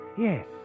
Yes